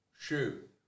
Shoot